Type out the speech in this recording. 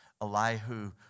Elihu